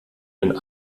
den